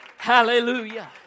Hallelujah